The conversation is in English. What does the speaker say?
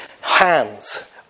Hands